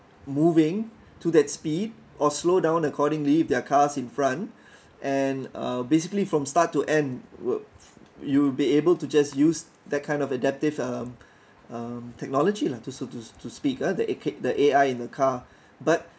moving to that speed or slow down accordingly their cars in front and uh basically from start to end w~ you'll be able to just use that kind of adaptive um um technology lah to so so to speak ah the a~ A_I in the car but